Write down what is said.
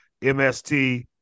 MST